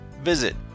Visit